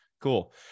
Cool